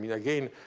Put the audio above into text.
yeah again,